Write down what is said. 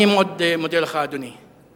אני מאוד מודה לך, אדוני.